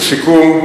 לסיכום,